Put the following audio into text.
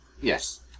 Yes